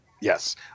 Yes